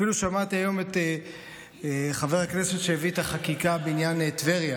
אפילו שמעתי היום את חבר הכנסת שהביא את החקיקה בעניין טבריה